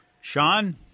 Sean